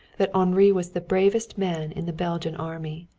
that henri was the bravest man in the belgian army.